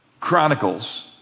Chronicles